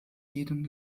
jedem